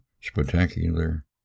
spectacular